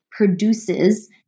Produces